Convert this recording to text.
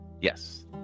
Yes